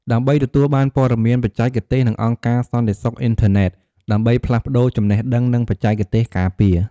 ដើម្បីទទួលបានព័ត៌មានបច្ចេកទេស និង អង្គការសន្តិសុខអ៊ីនធឺណិត ដើម្បីផ្លាស់ប្តូរចំណេះដឹង និងបច្ចេកទេសការពារ។